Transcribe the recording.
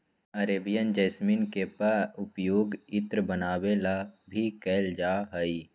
Arabian jasmine के पउपयोग इत्र बनावे ला भी कइल जाहई